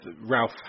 Ralph